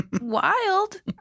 wild